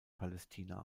palästina